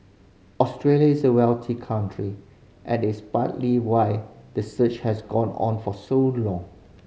Australia is a wealthy country and it's partly why the search has gone on for so long